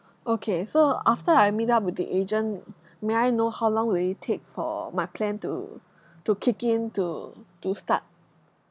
okay so after I meet up with the agent may I know how long will it take for my plan to to kick in to to start